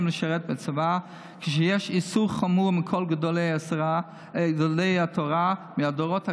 לשרת בצבא כשיש איסור חמור מכל גדולי התורה מהדורות הקודמים,